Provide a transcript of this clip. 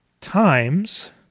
times